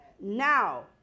now